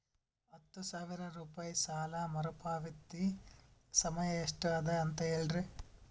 ಹತ್ತು ಸಾವಿರ ರೂಪಾಯಿ ಸಾಲ ಮರುಪಾವತಿ ಸಮಯ ಎಷ್ಟ ಅದ ಅಂತ ಹೇಳರಿ?